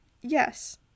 Yes